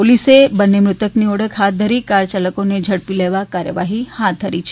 પોલીસે બંને મૃતકની ઓળખ હાથ ધરી કારચાલકોને ઝડપી લેવા કાર્યવાહી હાથ ધરી છે